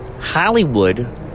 Hollywood